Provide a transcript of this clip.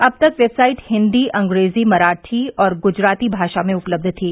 अब तक वेबसाइट हिंदी अंग्रेजी मराठी और गुजराती भाषा में उपलब्य थी